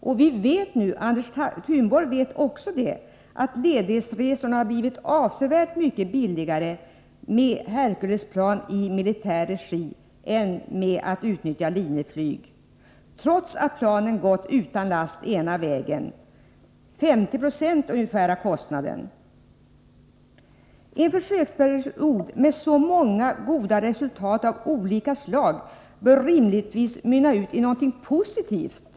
Och vi vet nu — även Anders Thunborg vet det — att ledighetsresorna har blivit avsevärt mycket billigare med Herculesplan i militär regi än då man utnyttjat Linjeflyg. Trots att planen har gått utan last ena vägen, har kostnaden bara uppgått till 50 26 av kostnaden för ordinarie flyg. En försöksperiod med så många goda resultat av olika slag bör rimligtvis mynna ut i något positivt.